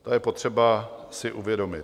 To je potřeba si uvědomit.